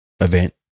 event